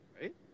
Right